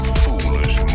foolish